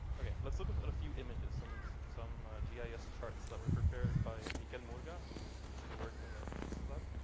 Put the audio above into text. ok, let's look at a few images, some so some yeah gis charts that were prepared by mikel murga who used to work in the transit lab.